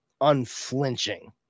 unflinching